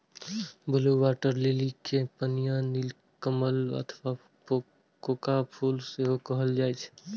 blue water lily कें पनिया नीलकमल अथवा कोका फूल सेहो कहल जाइ छैक